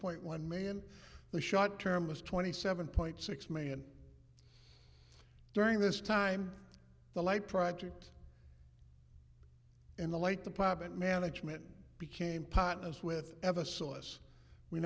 one million the shot term was twenty seven point six million during this time the light project in the late department management became potus with ever saw us we